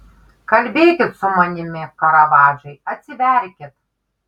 kalbėkit su manimi karavadžai atsiverkit